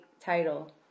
title